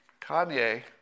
Kanye